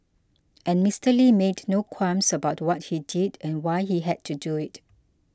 and Mister Lee made no qualms about what he did and why he had to do it